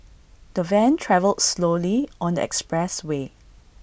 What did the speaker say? the van travelled slowly on the expressway